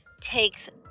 takes